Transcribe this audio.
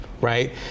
right